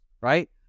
right